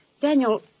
Daniel